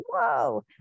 whoa